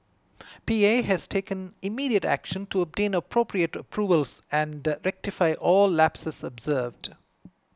P A has taken immediate action to obtain appropriate approvals and rectify all lapses observed